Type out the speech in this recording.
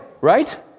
Right